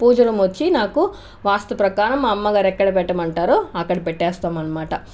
పూజ room వచ్చి నాకు వాస్తు ప్రకారం మా అమ్మగారు ఎక్కడ పెట్టమంటారో అక్కడ పెట్టేస్తాం అనమాట